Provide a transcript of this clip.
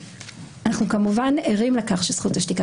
אנחנו כמובן ערים לכך שזכות השתיקה